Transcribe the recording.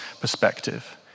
perspective